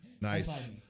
nice